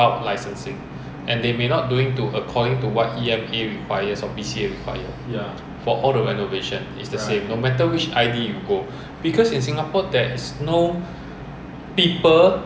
unknown to the H_D_B or the B_C_A is just everybody do reno oh 你拉线这样子你拉你拉 but 都是那种没有 license to 拉的他们 just 拉 liao then 你住进去也没有人来 check